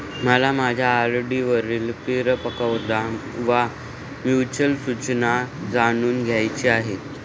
मला माझ्या आर.डी वरील परिपक्वता वा मॅच्युरिटी सूचना जाणून घ्यायची आहे